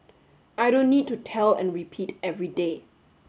I don't need to tell and repeat every day